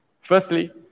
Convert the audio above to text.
Firstly